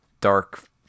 dark